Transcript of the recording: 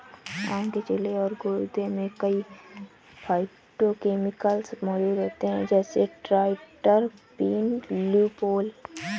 आम के छिलके और गूदे में कई फाइटोकेमिकल्स मौजूद होते हैं, जैसे ट्राइटरपीन, ल्यूपोल